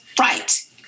right